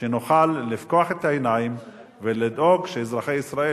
שנוכל לפקוח את העיניים ולדאוג שאזרחי ישראל